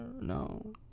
No